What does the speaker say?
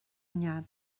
nead